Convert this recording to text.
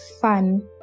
fun